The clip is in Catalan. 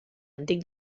antic